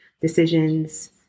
decisions